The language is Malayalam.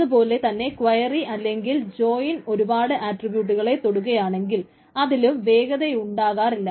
അതു പോലെ തന്നെ ക്വയറി അല്ലെങ്കിൽ ജോയിൻ ഒരുപാട് ആട്രിബ്യൂട്ട്കളെ തൊടുകയാണെങ്കിൽ അതിലും വേഗതയുണ്ടാകാറില്ല